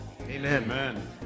amen